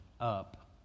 up